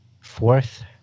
Fourth